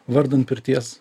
vardan pirties